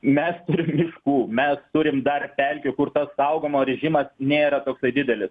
mes turim miškų mes turime dar pelkių kur tas saugomo režimas nėra toksai didelis